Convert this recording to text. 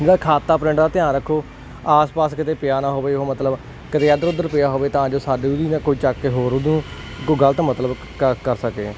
ਜਿਹੜਾ ਖਾਤਾ ਪਿੰਨ ਦਾ ਧਿਆਨ ਰੱਖੋ ਆਸ ਪਾਸ ਕਿਤੇ ਪਿਆ ਨਾ ਹੋਵੇ ਉਹ ਮਤਲਬ ਕਦੇ ਇੱਧਰ ਉੱਧਰ ਪਿਆ ਹੋਵੇ ਤਾਂ ਜੋ ਸਾਡੇ ਵੀ ਕੋਈ ਚੱਕ ਕੇ ਹੋਰ ਉਦੋਂ ਕੋਈ ਗਲਤ ਮਤਲਬ ਕਰ ਕਰ ਸਕੇ